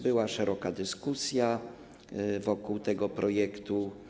Była szeroka dyskusja wokół tego projektu.